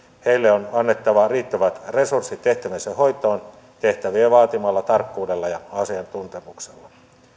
heille on on annettava riittävät resurssit tehtäviensä hoitoon tehtävien vaatimalla tarkkuudella ja asiantuntemuksella